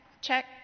check